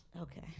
Okay